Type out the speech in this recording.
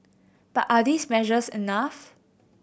but are these measures enough